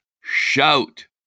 Shout